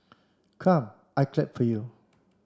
come I clap for you